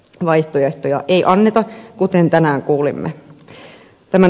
vaihtoehtoja ei anneta kuten tänään kuulimme